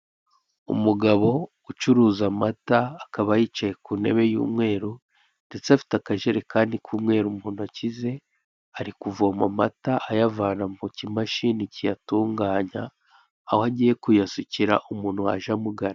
Umugabo ucuruza amata akaba yicaye ku ntebe y'umweru ndetse afite akajerekani k'umweru mu ntoki ze, ari kuvoma amata ayavana mu kimashini cyiyatunganya, aho agiye kuyasukira umuntu waje amugana.